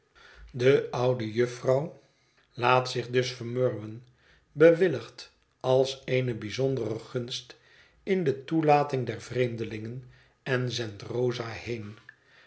de oude jufvrouw laat zich dus vermurwen bewilligt als eene bijzondere gunst in de toelating der vreemdelingen en zendt rosa heen